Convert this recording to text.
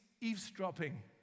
eavesdropping